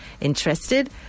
Interested